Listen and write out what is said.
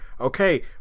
okay